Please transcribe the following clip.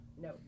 No